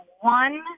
one